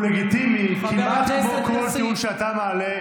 לגיטימי כמעט כמו כל טיעון שאתה מעלה,